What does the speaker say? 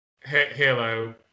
Hello